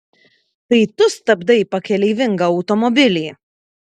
tai tu stabdai pakeleivingą automobilį